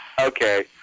Okay